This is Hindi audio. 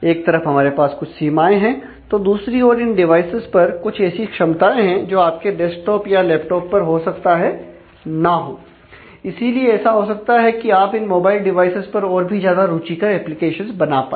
एक तरफ हमारे पास कुछ सीमाएं हैं तो दूसरी ओर इन डिवाइस पर कुछ ऐसी क्षमताएं हैं जो आपके डेस्कटॉप या लैपटॉप पर हो सकता है ना हो इसीलिए ऐसा हो सकता है कि आप इन मोबाइल डिवाइस पर और भी ज्यादा रुचिकर एप्लीकेशन बना पाए